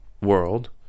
world